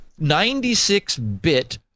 96-bit